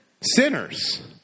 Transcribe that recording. Sinners